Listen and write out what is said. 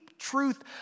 truth